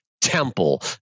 Temple